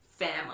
family